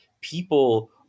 people